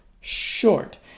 short